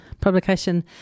publication